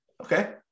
Okay